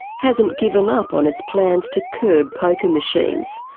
hasn't given up on its plans to curb poker machines,